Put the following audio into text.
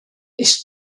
ich